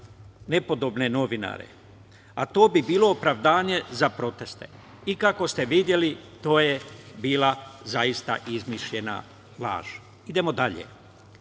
nepodobne novinare, a to bi bilo opravdanje za proteste i kako ste videli, to je bila zaista izmišljena laž. Idemo dalje,